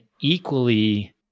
equally